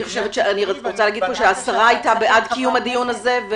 אני רוצה להגיד פה שהשרה הייתה בעד קיום הדיון הזה,